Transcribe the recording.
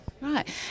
Right